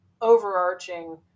overarching